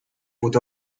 put